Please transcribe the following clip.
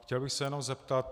Chtěl bych se jenom zeptat.